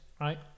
right